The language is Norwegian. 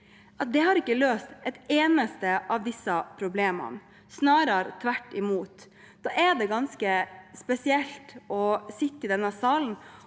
har ikke løst et eneste av disse problemene, snarere tvert imot. Da er det ganske spesielt å sitte i denne salen